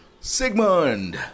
Sigmund